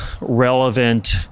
relevant